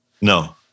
No